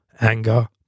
anger